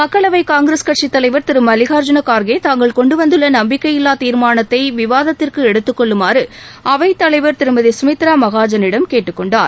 மக்களவை காங்கிரஸ் கட்சித் தலைவர் திரு மல்லிகார்ஜூன கார்கே தாங்கள் கொண்டுவந்துள்ள நப்பிக்கையில்வா தீர்மானத்தை விவாதத்திற்கு எடுத்துக்கொள்ளுமாறு அவைத் தலைவர் திருமதி கமித்ரா மகாஜனிடம் கேட்டுக்கொண்டார்